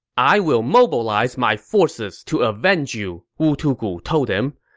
i will mobilize my forces to avenge you, wu tugu told him.